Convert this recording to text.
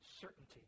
certainty